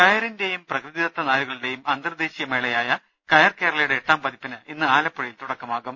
കയറിന്റെയും പ്രകൃതിദത്ത നാരുകളുടേയും അന്തർദേശീയ മേളയായ കയർ കേരളയുടെ എട്ടാം പതിപ്പിന് ഇന്ന് ആലപ്പുഴയിൽ തുടക്കമാകും